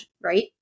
right